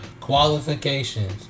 Qualifications